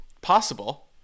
Possible